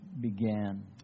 began